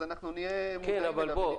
אז אנחנו נהיה מודעים אליו.